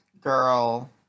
girl